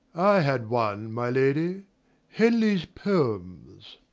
had one, my lady henley's poems.